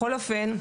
בכל אופן,